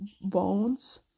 bones